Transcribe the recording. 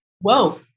Whoa